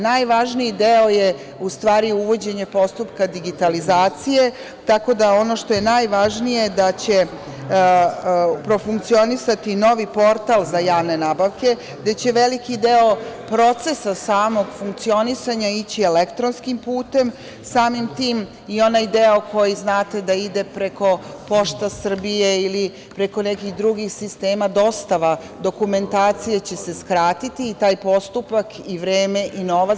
Najvažniji deo je, u stvari, uvođenje postupka digitalizacije, tako da ono što je najvažnije, jeste da će profunkcionisati novi portal za javne nabavke, gde će veliki deo procesa samog funkcionisanja ići elektronskim putem, samim tim i onaj deo koji znate da ide preko Pošta Srbije ili preko nekih drugih sistema, dostava dokumentacije će se skratiti, taj postupak, vreme i novac.